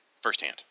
Firsthand